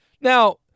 Now